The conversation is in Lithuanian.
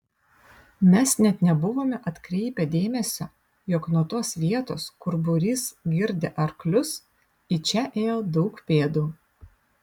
mes net nebuvome atkreipę dėmesio jog nuo tos vietos kur būrys girdė arklius į čia ėjo daug pėdų